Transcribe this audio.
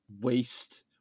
waste